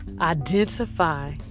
identify